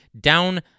down